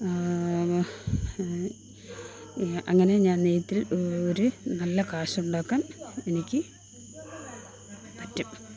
അങ്ങനെ ഞാൻ നെയ്ത്തിൽ ഒരു നല്ല കാശുണ്ടാക്കാൻ എനിക്ക് പറ്റും